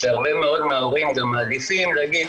הרבה מאוד מההורים מעדיפים להגיד,